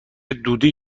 دودی